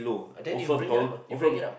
then you bring it upper you bring it up